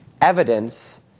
evidence